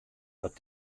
dat